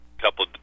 couple